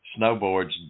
snowboards